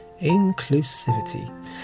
inclusivity